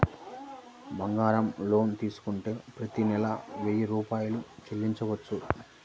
బంగారం లోన్ తీసుకుంటే ప్రతి నెల వెయ్యి రూపాయలు చెల్లించవచ్చా?